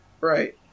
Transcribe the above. right